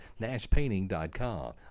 nashpainting.com